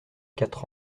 quatre